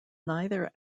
neither